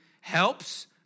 helps